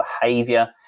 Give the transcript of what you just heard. behavior